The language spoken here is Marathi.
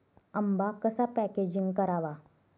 आंबा कसा पॅकेजिंग करावा?